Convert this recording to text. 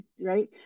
right